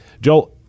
Joel